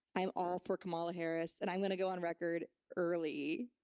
i'm all for kamala harris. and i'm going to go on record early.